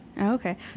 Okay